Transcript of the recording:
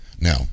Now